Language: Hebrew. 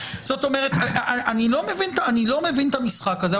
אני לא מבין את המשחק הזה.